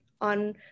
on